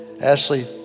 Ashley